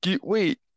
wait